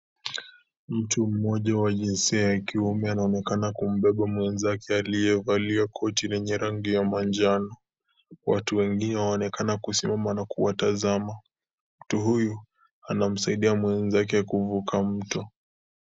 Mtu mmoja wa jinsia ya kiume anaonekana kumbeba mwenzake alievalia koti lenye rangi ya manjano, watu wengine wanaonekana kuwatazama, mtu huyu anamsadia mwenzake kuvuka mto.